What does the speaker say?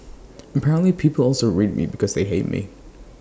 apparently people also read me because they hate me